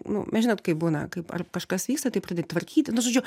nu mes žinot kaip būna kaip ar kažkas vyksta tai pradėt tvarkyti nu žodžiu